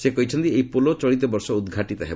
ସେ କହିଛନ୍ତି ଏହି ପୋଲ ଚଳିତ ବର୍ଷ ଉଦ୍ଘାଟିତ ହେବ